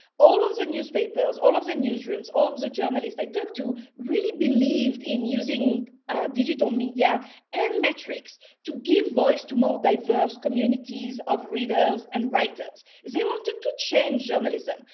all of the newspapers, all of the newsrooms, all of the journalists i talked to really believed in using digital media and metrics to give voice to more diverse communities of readers and writers. they wanted to change journalism.